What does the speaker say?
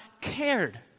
cared